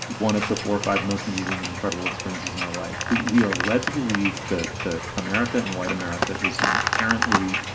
one of the four or five most moving and incredible experiences in my life that we are led to believe that the america and white america is inherently